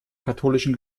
katholischen